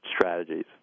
strategies